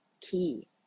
key